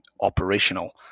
operational